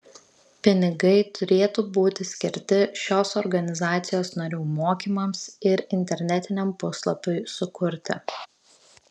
pinigai turėtų būti skirti šios organizacijos narių mokymams ir internetiniam puslapiui sukurti